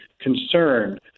concerned